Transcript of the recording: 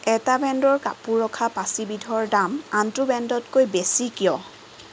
এটা ব্ৰেণ্ডৰ কাপোৰ ৰখা পাচি বিধৰ দাম আনটো ব্ৰেণ্ডতকৈ অতি বেছি কিয়